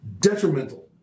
detrimental